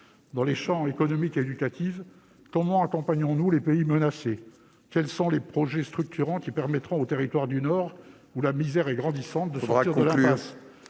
Dans les champs économique et éducatif, comment accompagnons-nous les pays menacés ? Quels sont les projets structurants qui permettront aux territoires du Nord, où la misère est grandissante, de sortir de l'impasse ?